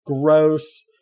gross